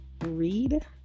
read